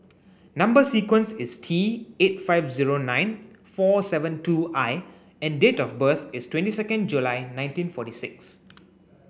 number sequence is T eight five zero nine four seven two I and date of birth is twenty second July nineteen forty six